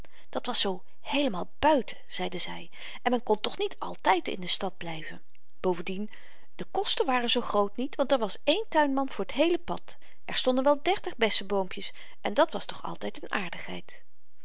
dat was zoo heelemaal buiten zeiden zy en men kon toch niet altyd in de stad blyven bovendien de kosten waren zoo groot niet want er was één tuinman voor t heele pad er stonden wel dertig bessenboompjes en dat was toch altyd n aardigheid